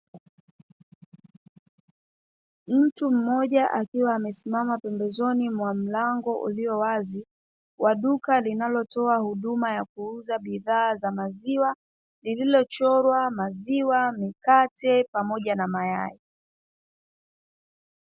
Mtu mmoja akiwa amesimama pembezoni mwa mlango ulio wazi wa duka linalotoa huma ya kuuza bidhaa za maziwa lililochorwa maziwa, mikate, pamoja na mayai.